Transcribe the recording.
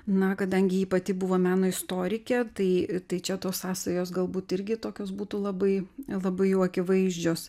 na kadangi ji pati buvo meno istorikė tai tai čia tos sąsajos galbūt irgi tokios būtų labai labai jau akivaizdžios